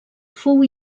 fou